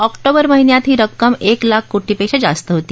October महिन्यात ही रक्कम एक लाख कोटीपेक्षा जास्त होती